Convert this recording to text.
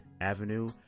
Avenue